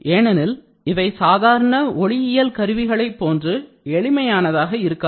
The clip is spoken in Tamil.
ஏனெனில் இவை சாதாரண ஒளியியல் கருவிகளை போன்று எளிமையானதாக இருக்காது